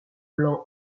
blanc